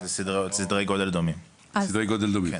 זה סדרי גודל דומים.